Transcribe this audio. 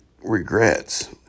regrets